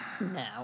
No